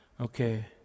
Okay